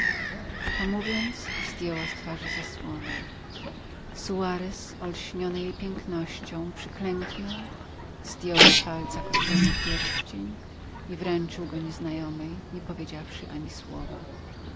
to mówiąc zdjęła z twarzy zasłonę suarez olśniony jej pięknością przyklęknęli zdjął z palca kosztowny pierścień i wręczył go nieznajomej nie powiedziawszy ani słowa